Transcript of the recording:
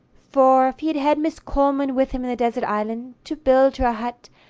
for, if he had had miss coleman with him in the desert island, to build her a hut,